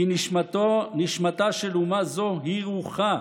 כי נשמתה של אומה זו היא רוחה,